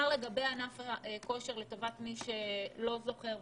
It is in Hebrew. לטובת מי שלא זוכר,